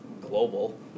global